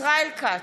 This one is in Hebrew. ישראל כץ,